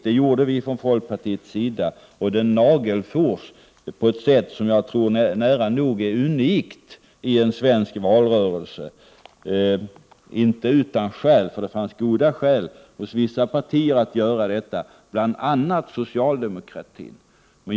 Det gjorde vi från folkpartiets sida, och våra förslag nagelfors på ett sätt som jag tror är nära nog 43 unikt i en svensk valrörelse. Det skedde inte utan skäl, för hos vissa partier fanns det goda skäl för att göra detta — det gällde bl.a. socialdemokratin.